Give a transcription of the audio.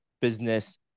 business